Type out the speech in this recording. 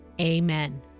Amen